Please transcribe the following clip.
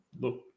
Look